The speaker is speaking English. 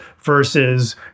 versus